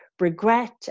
Regret